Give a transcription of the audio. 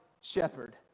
shepherd